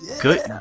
good